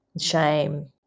shame